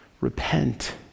repent